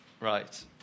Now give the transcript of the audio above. Right